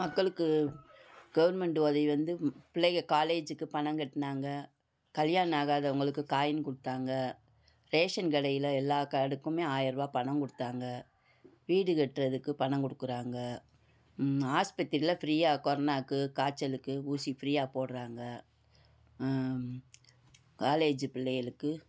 மக்களுக்கு கவர்மெண்டு உதவி வந்து பிள்ளைகள் காலேஜுக்கு பணம் கட்டினாங்க கல்யாணம் ஆகாதவங்களுக்கு காயினு கொடுத்தாங்க ரேஷன் கடையில் எல்லா கார்டுக்குமே ஆயிர ரூபா பணம் கொடுத்தாங்க வீடு கட்டுறதுக்கு பணம் கொடுக்குறாங்க ஆஸ்பத்திரியில் ஃப்ரீயாக கொரோனாக்கு காய்ச்சலுக்கு ஊசி ஃப்ரீயாக போடுறாங்க காலேஜ்ஜு பிள்ளைகளுக்கு